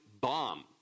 bomb